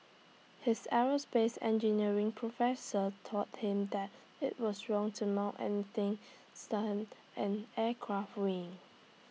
his aerospace engineering professor taught him that IT was wrong to mount any things down an aircraft wing